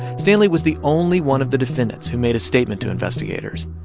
stanley was the only one of the defendants who made a statement to investigators.